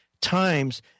times